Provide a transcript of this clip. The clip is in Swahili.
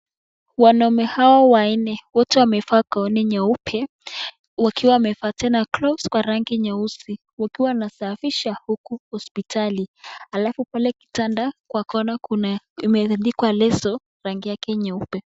Wanaume hawa wanne wote wamevaa gauni nyeupe wakiwa wamevaa tena gloves kwa rangi nyeusi wakiwa wanasafisha huku hospitali alafu pale kitanda kwa kona kuna imetandikwa leso rangi yake nyeupe .